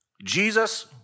Jesus